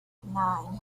nine